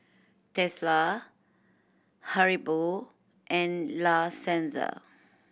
Tesla Haribo and La Senza